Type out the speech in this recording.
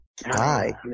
Hi